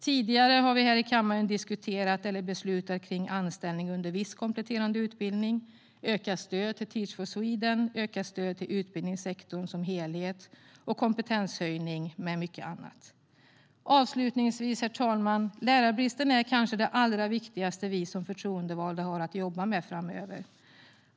Tidigare har vi här i kammaren diskuterat eller beslutat om anställning under viss kompletterande utbildning, ökat stöd till Teach for Sweden, ökat stöd till utbildningssektorn som helhet liksom kompetenshöjning och mycket annat. Avslutningsvis, herr talman, vill jag säga att lärarbristen kanske är det allra viktigaste vi som förtroendevalda har att jobba med framöver.